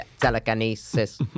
Telekinesis